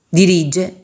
dirige